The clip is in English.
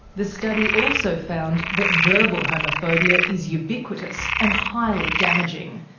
the study also found that verbal homophobia is ubiquitous, and highly damaging.